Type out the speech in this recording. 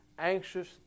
anxious